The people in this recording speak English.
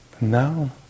Now